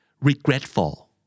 regretful